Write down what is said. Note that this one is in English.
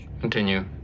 Continue